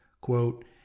quote